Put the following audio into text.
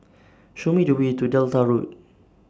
Show Me The Way to Delta Road